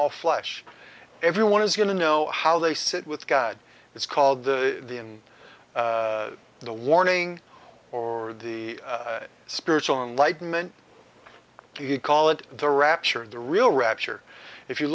all flesh everyone is going to know how they sit with god it's called the the in the warning or the spiritual enlightenment you call it the rapture of the real rapture if you